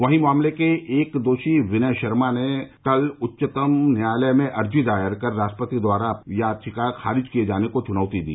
वहीं मामले के एक दोषी विनय शर्मा ने कल उच्चतम न्यायालय में अर्जी दायर कर राष्ट्रपति द्वारा अपनी दया याचिका खारिज किए जाने को चुनौती दी